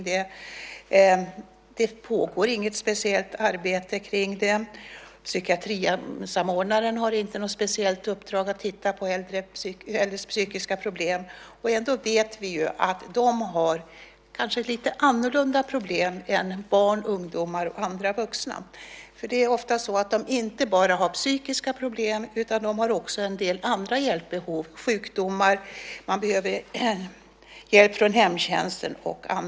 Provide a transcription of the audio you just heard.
Det pågår inget speciellt arbete. Psykiatrisamordnaren har inget speciellt uppdrag att titta på äldres psykiska problem. Ändå vet vi att de har kanske annorlunda problem än barn, ungdomar och andra vuxna. Det är ofta så att de inte bara har psykiska problem utan också en del andra hjälpbehov i form av sjukdomar och hemtjänst.